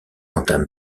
entame